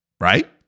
right